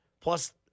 Plus